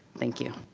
thank you.